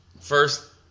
first